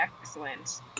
excellent